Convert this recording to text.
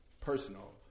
personal